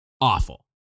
awful